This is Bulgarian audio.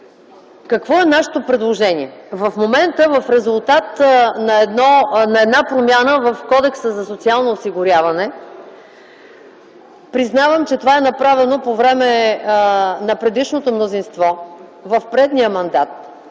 Какво е нашето предложение? В момента, в резултат на една промяна в Кодекса за социално осигуряване, признавам, че това е направено по време на предишното мнозинство, в предния мандат,